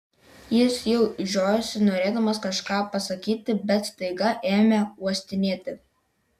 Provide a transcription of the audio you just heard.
jis jau žiojosi norėdamas kažką pasakyti bet staiga ėmė uostinėti